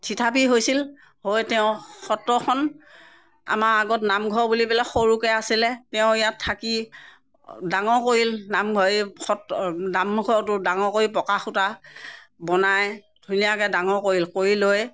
থিতাপি হৈছিল হৈ তেওঁ সত্ৰখন আমাৰ আগত নামঘৰ বুলি পেলাই সৰুকৈ আছিলে তেওঁ ইয়াত থাকি ডাঙৰ কৰিল নামঘৰ এই সত্ৰ নামঘৰটো ডাঙৰ কৰি পকা খুটা বনাই ধুনীয়াকৈ ডাঙৰ কৰিল কৰি লৈ